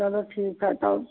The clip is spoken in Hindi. चलो ठीक है तो